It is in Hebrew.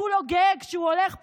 כולו גאה כשהוא הולך פה,